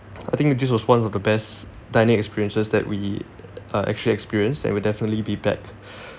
I think it just was one of the best dining experiences that we uh actually experienced and we'll definitely be back